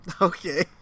Okay